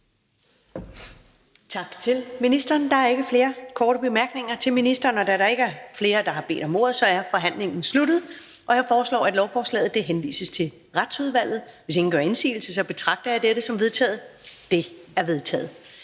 Tak til ministeren. Der er ikke flere korte bemærkninger til ministeren. Da der ikke er flere, der har bedt om ordet, er forhandlingen sluttet. Jeg foreslår, at lovforslaget henvises til Retsudvalget. Hvis ingen gør indsigelse, betragter jeg dette som vedtaget. Det er vedtaget.